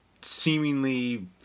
seemingly